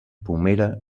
pomera